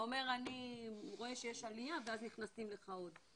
ואומר אני רואה שיש עלייה ואז נכנסים לך עוד.